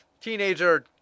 Teenager